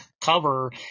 cover